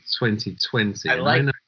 2020